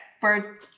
bird